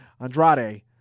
Andrade